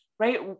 right